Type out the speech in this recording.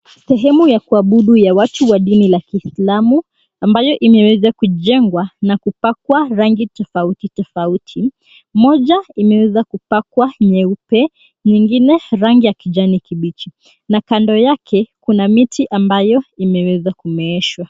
Sehemu ya kuabudu ya watu wa dini la kiislamu ambayo imeweza kujengwa na kupakwa rangi tofauti tofauti. Moja imeweza kupakwa nyeupe, nyingine rangi ya kijani kibichi na kando yake kuna miti ambayo imeweza kumeeshwa.